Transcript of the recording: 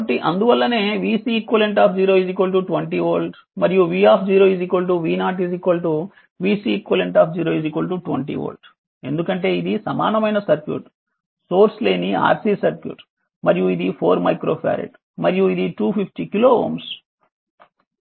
కాబట్టి అందువల్లనే vCeq 20 volt మరియు v V0 vCeq 20 వోల్ట్ ఎందుకంటే ఇది సమానమైన సర్క్యూట్ సోర్స్ లేని RC సర్క్యూట్ మరియు ఇది 4 మైక్రో ఫారెడ్ మరియు ఇది 250 K Ω